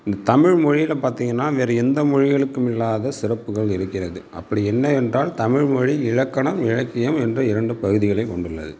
இந்த தமிழ்மொழியில் பார்த்தீங்கன்னா வேற எந்த மொழிகளுக்கும் இல்லாத சிறப்புகள் இருக்கிறது அப்படி என்னவென்றால் தமிழ்மொழி இலக்கணம் இலக்கியம் என்று இரண்டு பகுதிகளை கொண்டுள்ளது